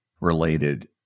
related